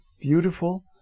beautiful